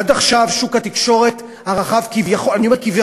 עד עכשיו שוק התקשורת הרחב כביכול,